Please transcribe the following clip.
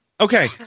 Okay